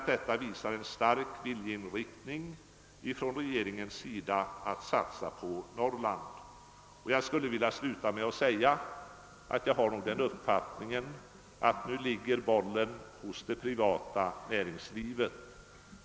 Detta visar enligt min mening regeringens starka vilja att satsa på Norrland. Jag skulle vilja sluta med att säga, att jag har den uppfattningen att bollen nu ligger hos det privata näringslivet.